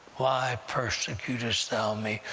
why persecutest thou me?